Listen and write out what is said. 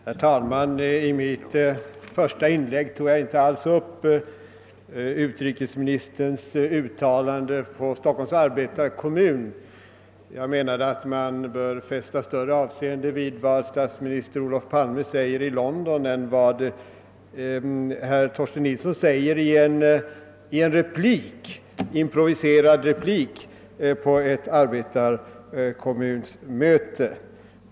Herr talman! I mitt första inlägg tog jag inte alls upp utrikesministerns uttalande inför Stockholms arbetarekommun, eftersom man enligt min mening bör fästa större avseende vid vad statsminister Olof Palme säger i London än vad Torsten Nilsson yttrar i en improviserad replik på ett arbetarkommunmöte.